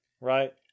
right